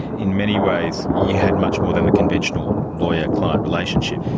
in many ways you had much more than a conventional lawyer-client relationship.